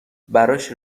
براش